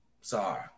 Sorry